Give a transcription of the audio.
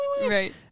Right